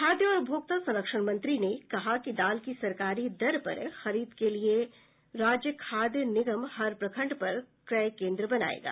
खाद्य और उपभोक्ता संरक्षण मंत्री ने कहा कि दाल की सरकारी दर पर खरीद के लिए राज्य खाद निगम हर प्रखंड पर क्रय केन्द्र बनायेगा